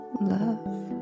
love